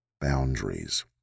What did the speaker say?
boundaries